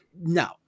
no